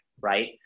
Right